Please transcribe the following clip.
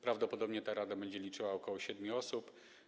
Prawdopodobnie ta rada będzie liczyła około siedmiu osób.